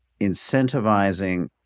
incentivizing